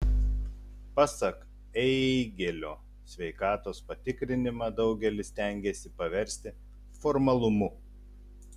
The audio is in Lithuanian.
pasak eigėlio sveikatos patikrinimą daugelis stengiasi paversti formalumu